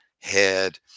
head